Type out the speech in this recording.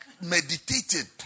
meditated